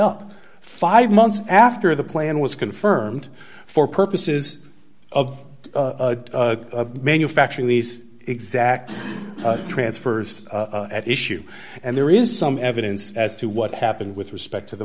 up five months after the plan was confirmed for purposes of manufacturing these exact transfers at issue and there is some evidence as to what happened with respect to the